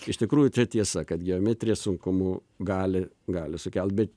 iš tikrųjų čia tiesa kad geometrija sunkumų gali gali sukelt bet